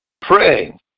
pray